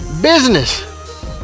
Business